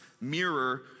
mirror